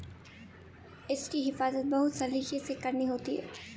इसकी हिफाज़त बहुत सलीके से करनी होती है